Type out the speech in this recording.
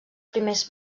primers